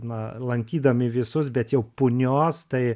na lankydami visus bet jau punios tai